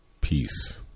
peace